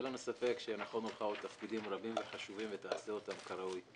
ואין לנו ספק שנכונו לך עוד תפקידים רבים וחשובים ותעשה אותם כראוי.